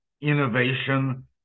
Innovation